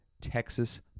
Texas